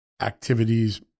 activities